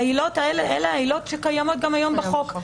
העילות האלה אלה העילות שקיימות גם היום בחוק.